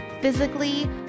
physically